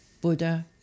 Buddha